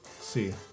See